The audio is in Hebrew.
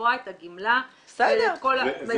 בלתבוע את הגמלה ואת כל מה שמסביב.